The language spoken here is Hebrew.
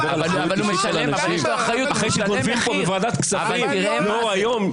לדבר על אחריות אישית של אנשים אחרי שגונבים פה בוועדת כספים לאור היום,